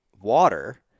water